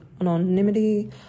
anonymity